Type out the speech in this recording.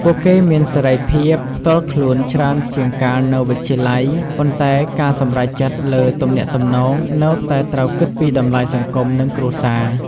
ពួកគេមានសេរីភាពផ្ទាល់ខ្លួនច្រើនជាងកាលនៅវិទ្យាល័យ ប៉ុន្តែការសម្រេចចិត្តលើទំនាក់ទំនងនៅតែត្រូវគិតពីតម្លៃសង្គមនិងគ្រួសារ។